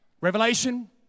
Revelation